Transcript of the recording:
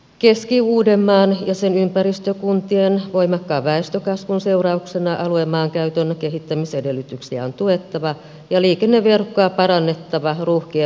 keski uudenmaan ja sen ympäristökuntien voimakkaan väestönkasvun seurauksena alueen maankäytön kehittämisedellytyksiä on tuettava ja liikenneverkkoa parannettava ruuhkien vähentämiseksi